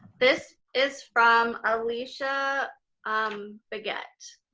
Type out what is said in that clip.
this is from alicia um beget.